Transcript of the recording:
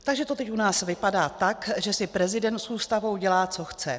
Takže to teď u nás vypadá tak, že si prezident s Ústavou dělá, co chce.